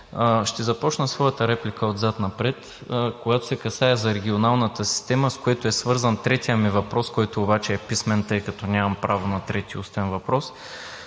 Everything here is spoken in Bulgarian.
Ще започна своята реплика отзад напред. Когато се касае за регионалната система, с което е свързан третият ми въпрос, който обаче е писмен, тъй като нямам право на трети устен въпрос.